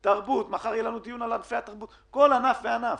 של תרבות כל ענף וענף.